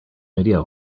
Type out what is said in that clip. idea